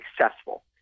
successful